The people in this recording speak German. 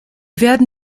werden